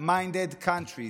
Like-minded Countries.